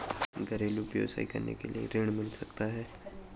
घरेलू व्यवसाय करने के लिए ऋण मिल सकता है?